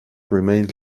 remained